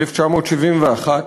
1971,